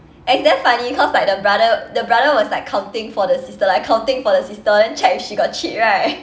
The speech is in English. and it's damn funny because like the brother the brother was like counting for the sister like counting for the sister then check if she got cheat right